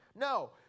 No